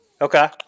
Okay